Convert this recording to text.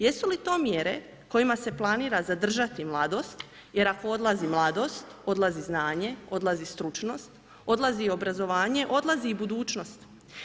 Jesu li to mjere kojima se planira zadržati mladost jer ako odlazi mladost, odlazi znanje, odlazi stručnost, odlazi obrazovanje, odlazi i budućnost.